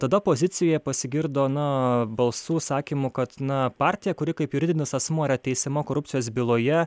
tada pozicijoje pasigirdo na balsų sakymų kad na partija kuri kaip juridinis asmuo yra teisiama korupcijos byloje